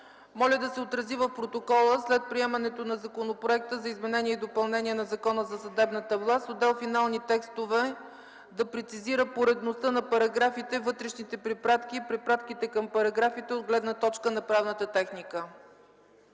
Моля да се отрази в протокола: след приемането на Законопроекта за изменение и допълнение на Закона за съдебната власт отдел „Финални текстове” да прецизира поредността на параграфите, вътрешните препратки и препратките към параграфите от гледна точка на правната техника.